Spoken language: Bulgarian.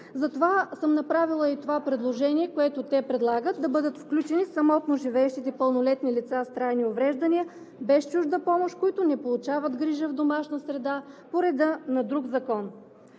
Затова съм направила и това предложение, което те предлагат – да бъдат включени самотно живеещите пълнолетни лица с трайни увреждания без чужда помощ, които не получават грижа в домашна среда по реда на друг закон.